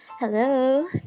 Hello